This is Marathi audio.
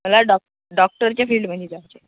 मला डॉक डॉक्टरच्या फील्डमध्ये जायचं आहे